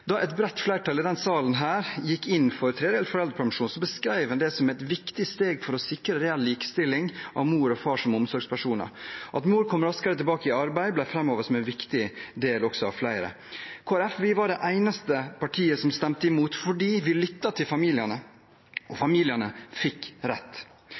Da et bredt flertall i denne salen gikk inn for tredelt foreldrepermisjon, beskrev man det som et viktig steg for å sikre reell likestilling av mor og far som omsorgspersoner. At mor kommer raskere tilbake i arbeid, ble framhevet som en viktig del av flere. Kristelig Folkeparti var det eneste partiet som stemte imot – fordi vi lyttet til familiene, og familiene fikk rett.